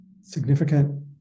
significant